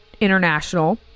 International